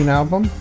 album